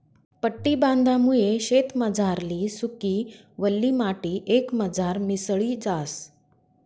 पट्टी बांधामुये शेतमझारली सुकी, वल्ली माटी एकमझार मिसळी जास